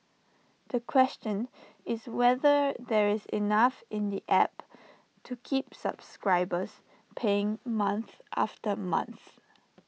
the question is whether there is enough in the app to keep subscribers paying month after month